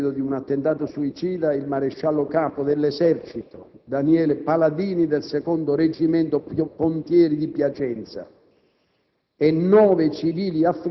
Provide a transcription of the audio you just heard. perdevano la vita a seguito di un attentato suicida il maresciallo capo dell'Esercito Daniele Paladini, del Secondo Reggimento Pontieri di Piacenza,